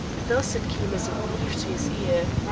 thus it came as a relief to his ear,